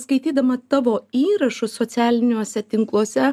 skaitydama tavo įrašus socialiniuose tinkluose